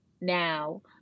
now